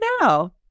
now